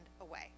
away